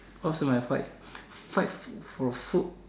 some I fight fight for food